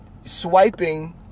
swiping